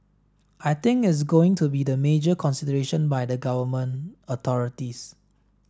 I think is going to be the major consideration by the Government authorities